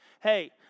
Hey